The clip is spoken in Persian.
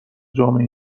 جامعه